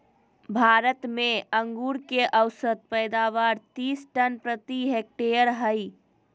भारत में अंगूर के औसत पैदावार तीस टन प्रति हेक्टेयर हइ